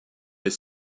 les